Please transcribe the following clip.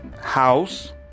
House